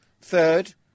Third